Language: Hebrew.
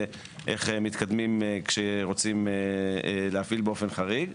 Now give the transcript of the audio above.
ואיך מתקדמים כשרוצים להפעיל באופן חריג.